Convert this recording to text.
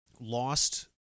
lost